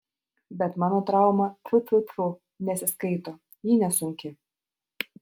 bet mano trauma tfu tfu tfu nesiskaito ji nesunki